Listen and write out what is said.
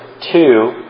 two